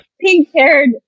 pink-haired